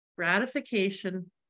gratification